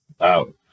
Out